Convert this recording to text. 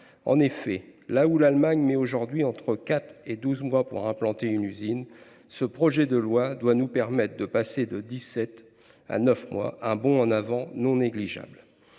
En effet, là où l’Allemagne met aujourd’hui entre 4 mois et 12 mois pour implanter une usine, ce projet de loi doit nous permettre de passer de 17 mois à 9 mois, soit un bond en avant non négligeable.